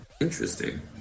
Interesting